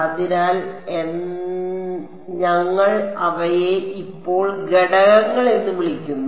അതിനാൽ എന്നാൽ ഞങ്ങൾ അവയെ ഇപ്പോൾ ഘടകങ്ങൾ എന്ന് വിളിക്കുന്നു